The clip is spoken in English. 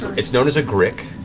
it's known as a grick.